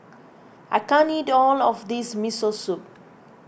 I can't eat all of this Miso Soup